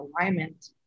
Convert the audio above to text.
alignment